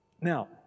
Now